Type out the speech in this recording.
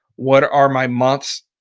what are my months?